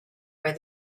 where